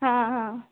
हां हां